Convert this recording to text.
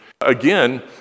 Again